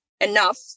enough